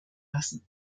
lassen